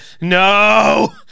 no